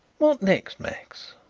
what next, max?